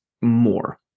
more